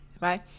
right